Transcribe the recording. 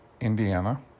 Indiana